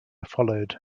followed